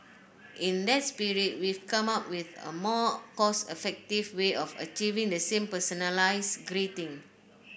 in that spirit we've come up with a more cost effective way of achieving the same personalise greeting